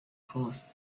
course